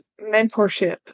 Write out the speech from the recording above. mentorship